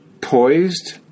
Poised